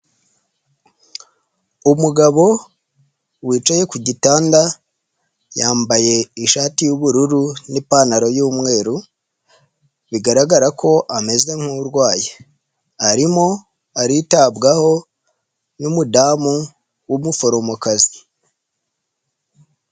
Umugabo wicaye ku gitanda yambaye ishati y'ubururu n'ipantaro y'umweru, bigaragara ko ameze nk'urwaye, arimo aritabwaho n'umudamu w'umuforomokazi.